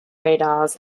radars